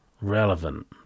relevant